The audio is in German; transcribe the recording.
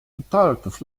geteiltes